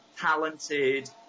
talented